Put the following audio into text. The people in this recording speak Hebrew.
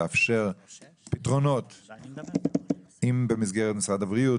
לאפשר פתרונות אם במסגרת משרד הבריאות,